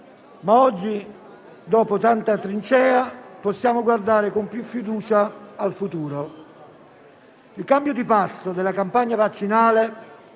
ma oggi, dopo tanta trincea, possiamo guardare con più fiducia al futuro. Il cambio di passo della campagna vaccinale